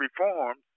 reforms